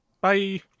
bye